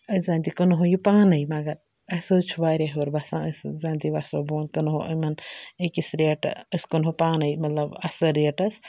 أسۍ زَن تہِ کٕنہوو یہِ پانٕے مگر أسۍ حٕظ چھِ واریاہ ہِیوٚر بَسان أسۍ زَن تہِ وَسٕہوٚو بۄن کٕنہٕو یِمَن أکِس ریٹہٕ أسۍ کٕنہٕو پانٕے مَطلَب اَصٕل ریٹَس